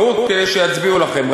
ברור, תראה שיצביעו לכם.